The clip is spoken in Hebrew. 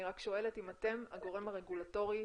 אני שואלת אם אתם הגורם הרגולטורי